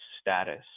status